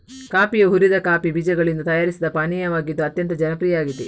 ಕಾಫಿಯು ಹುರಿದ ಕಾಫಿ ಬೀಜಗಳಿಂದ ತಯಾರಿಸಿದ ಪಾನೀಯವಾಗಿದ್ದು ಅತ್ಯಂತ ಜನಪ್ರಿಯ ಆಗಿದೆ